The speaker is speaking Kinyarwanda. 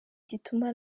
gituma